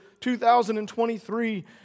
2023